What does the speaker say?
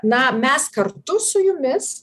na mes kartu su jumis